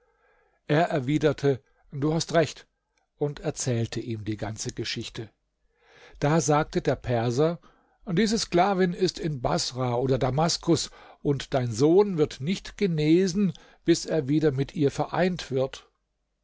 er erwiderte du hast recht und erzählte ihm die ganze geschichte da sagte der perser diese sklavin ist in baßrah oder damaskus und dein sohn wird nicht genesen bis er wieder mit ihr vereint wird